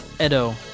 Edo